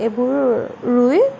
এইবোৰ ৰুই